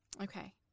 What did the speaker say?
Okay